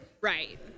Right